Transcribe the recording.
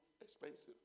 expensive